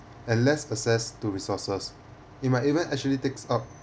and less access to resources it might even actually takes up